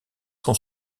son